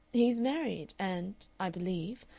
he's married and, i believe,